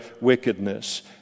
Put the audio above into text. wickedness